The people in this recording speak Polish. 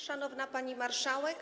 Szanowna Pani Marszałek!